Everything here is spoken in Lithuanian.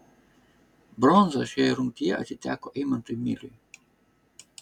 bronza šioje rungtyje atiteko eimantui miliui